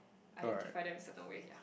identify them in certain way sia